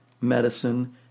medicine